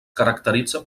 caracteritza